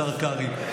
השר קרעי,